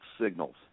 signals